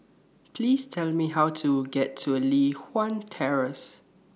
Please Tell Me How to get to Li Hwan Terrace